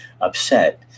upset